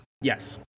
Yes